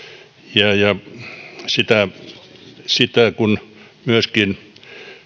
ja ja sitä sitä myöskin